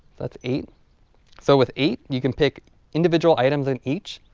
that's eight so with eight you can pick individual items in each.